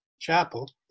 Chapel